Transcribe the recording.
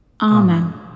Amen